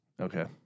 Okay